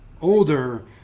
older